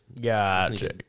Gotcha